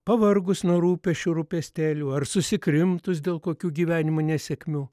pavargus nuo rūpesčių rūpestėlių ar susikrimtus dėl kokių gyvenimo nesėkmių